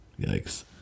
yikes